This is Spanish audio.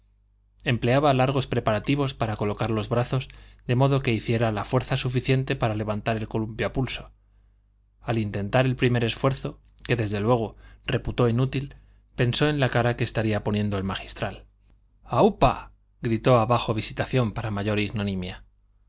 empleaba largos preparativos para colocar los brazos de modo que hiciera la fuerza suficiente para levantar el columpio a pulso al intentar el primer esfuerzo que desde luego reputó inútil pensó en la cara que estaría poniendo el magistral aúpa gritó abajo visitación para mayor ignominia